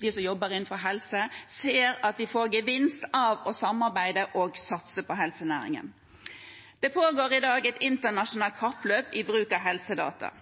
de som jobber innen helse, ser at de får gevinst av å samarbeide og satse på helsenæringen. Det pågår i dag et internasjonalt kappløp i bruk av helsedata.